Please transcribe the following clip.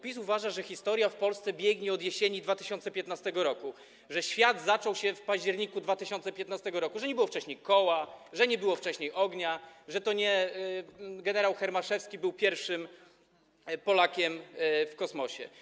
PiS uważa bowiem, że historia w Polsce biegnie od jesieni 2015 r., że świat zaczął się w październiku 2015 r., że nie było wcześniej koła, że nie było wcześniej ognia, że to nie gen. Hermaszewski był pierwszym Polakiem w kosmosie.